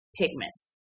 pigments